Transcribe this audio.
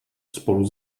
spolu